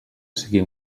siga